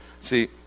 See